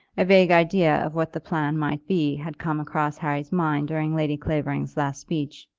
a vague idea of what the plan might be had come across harry's mind during lady clavering's last speech.